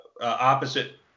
opposite